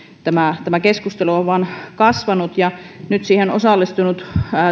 tämä tämä keskustelu on vain kasvanut ja nyt siihen ovat osallistuneet